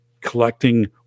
collecting